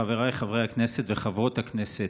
חבריי חברי הכנסת וחברות הכנסת,